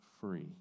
free